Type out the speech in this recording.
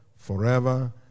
forever